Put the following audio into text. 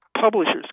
publishers